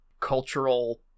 cultural